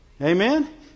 Amen